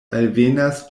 alvenas